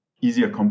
easier